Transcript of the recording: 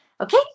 okay